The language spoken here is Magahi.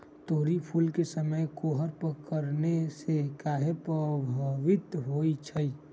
तोरी फुल के समय कोहर पड़ने से काहे पभवित होई छई?